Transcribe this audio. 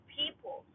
people